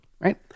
right